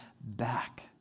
back